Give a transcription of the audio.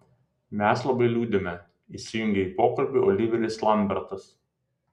mes labai liūdime įsijungė į pokalbį oliveris lambertas